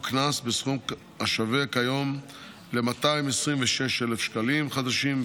קנס בסכום השווה כיום ל-226,000 שקלים חדשים,